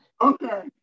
Okay